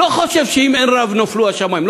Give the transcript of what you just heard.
הוא לא חושב שאם אין רב נפלו השמים.